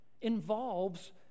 involves